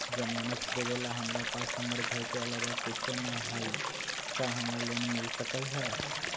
जमानत देवेला हमरा पास हमर घर के अलावा कुछो न ही का हमरा लोन मिल सकई ह?